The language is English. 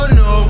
no